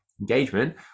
engagement